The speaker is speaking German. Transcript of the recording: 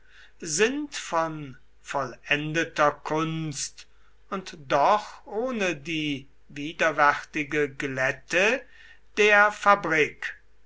sind von vollendeter kunst und doch ohne die widerwärtige glätte der fabrik